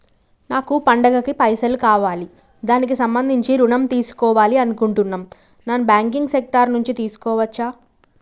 నాకు పండగ కి పైసలు కావాలి దానికి సంబంధించి ఋణం తీసుకోవాలని అనుకుంటున్నం నాన్ బ్యాంకింగ్ సెక్టార్ నుంచి తీసుకోవచ్చా?